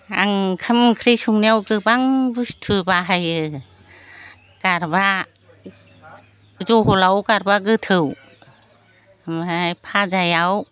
आं ओंखाम ओंख्रि संनायाव गोबां बुस्थु बाहायो गारबा जहलाव गारबा गोथौ ओमफाय फाजायाव